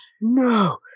No